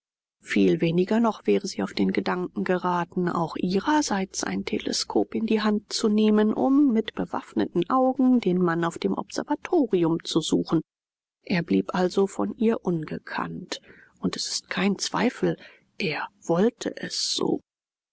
viel weniger noch wäre sie auf den gedanken geraten auch ihrerseits ein teleskop in die hand zu nehmen um mit bewaffneten augen den mann auf dem observatorium zu suchen er blieb also von ihr ungekannt und es ist kein zweifel er wollte es so